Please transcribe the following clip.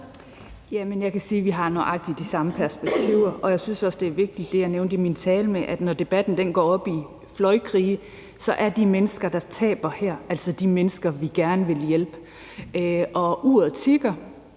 Jeg kan se, at vi har nøjagtig de samme perspektiver. Jeg synes også, at det, jeg nævnte i min tale, er vigtig, nemlig det med, at når debatten går op i fløjkrig, så er de mennesker, der taber på det, altså de mennesker, som vi gerne vil hjælpe. Og uret tikker,